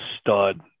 stud